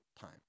time